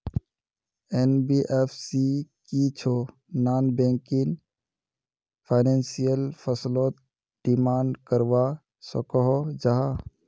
NBFC की छौ non banking financial फसलोत डिमांड करवा सकोहो जाहा?